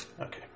Okay